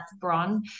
Bron